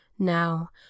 Now